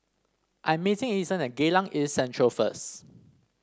I'm meeting Ethen at Geylang East Central first